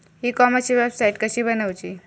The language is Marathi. ई कॉमर्सची वेबसाईट कशी बनवची?